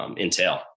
entail